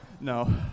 No